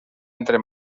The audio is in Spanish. entre